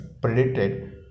predicted